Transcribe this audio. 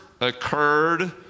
occurred